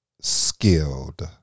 skilled